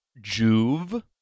Juve